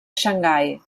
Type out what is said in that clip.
xangai